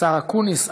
השר אקוניס,